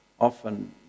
Often